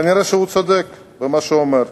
כנראה הוא צודק במה שהוא אומר.